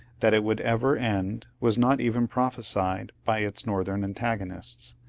that it would ever end was not even prophesied by its northern antagonists.